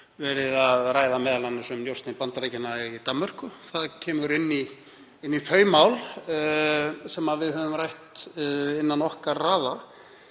verið að ræða m.a. um njósnir Bandaríkjanna í Danmörku. Það kemur inn í þau mál sem við höfum rætt innan okkar raða